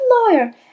lawyer